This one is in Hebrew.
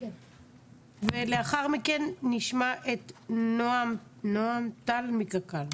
ולאחר מכן נשמע את נעה טל מקק"ל.